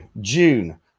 June